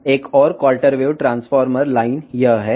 మరొక quarter wave transformation line ఇది